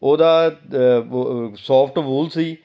ਉਹਦਾ ਵ soft wool ਸੀ